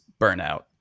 burnout